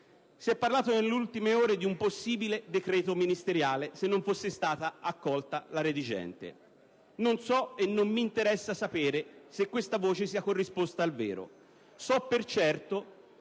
Si è parlato nelle ultime ore di un possibile decreto ministeriale se non fosse stata accolta la sede redigente. Non so e non mi interessa sapere se questa voce sia corrispondente al vero.